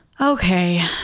Okay